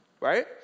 right